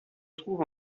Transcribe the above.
trouve